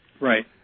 Right